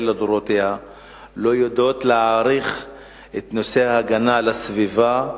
לדורותיהן לא יודעות להעריך את נושא ההגנה על הסביבה,